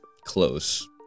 close